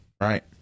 right